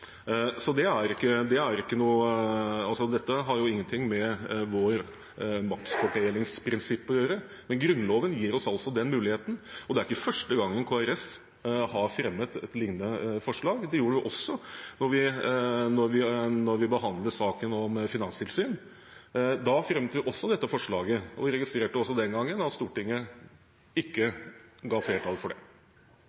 Det har ingenting med vårt maktfordelingsprinsipp å gjøre. Grunnloven gir oss den muligheten. Det er ikke første gang Kristelig Folkeparti har fremmet et liknende forslag. Da vi behandlet saken om finanstilsyn, fremmet vi også et slikt forslag, og vi registrerte også den gang at det i Stortinget ikke